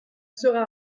sera